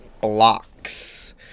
blocks